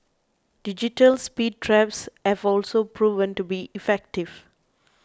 digital speed traps have also proven to be effective